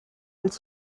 als